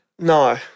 No